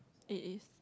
it is